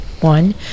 one